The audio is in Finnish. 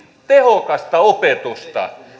tehokasta opetusta